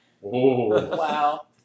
Wow